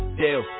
deal